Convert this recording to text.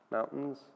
Mountains